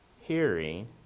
hearing